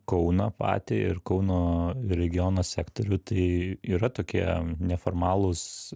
kauną patį ir kauno regiono sektorių tai yra tokie neformalūs